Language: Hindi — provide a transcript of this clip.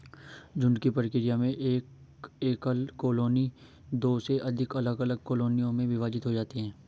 झुंड की प्रक्रिया में एक एकल कॉलोनी दो से अधिक अलग अलग कॉलोनियों में विभाजित हो जाती है